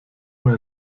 mir